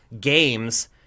games